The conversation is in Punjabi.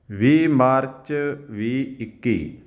ਵੀਹ ਮਾਰਚ ਵੀਹ ਇੱਕੀ